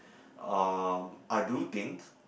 uh I do think